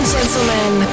gentlemen